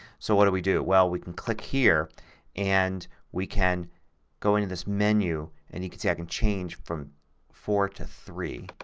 so what do we do. well we click here and we can go into this menu and you can see i can change from four to three.